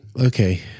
okay